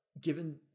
given